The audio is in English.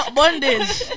bondage